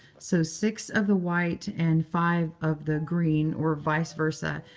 so six of the whites and five of the green or vice versa.